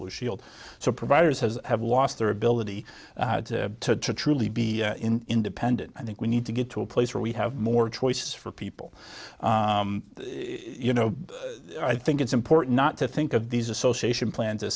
blue shield so providers has have lost their ability to truly be independent i think we need to get to a place where we have more choices for people you know i think it's important not to think of these association plan